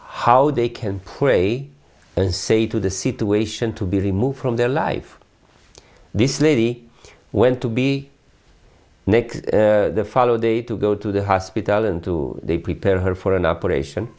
how they can pray and say to the situation to be removed from their life this lady went to be next follow the to go to the hospital and two they prepare her for an operation